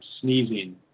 sneezing